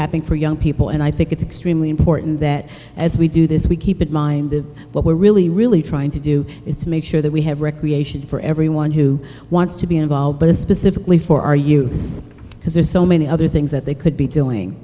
happening for young people and i think it's extremely important that as we do this we keep in mind the what we're really really trying to do is to make sure that we have recreation for everyone who wants to be involved but it's specifically for our youth because there's so many other things that they could be doing